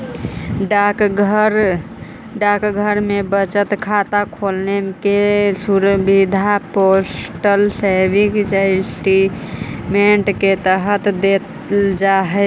डाकघर में बचत खाता खोले के सुविधा पोस्टल सेविंग सिस्टम के तहत देल जा हइ